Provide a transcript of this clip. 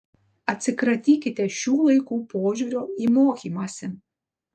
atsikratykite šių laikų požiūrio į mokymąsi